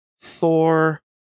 Thor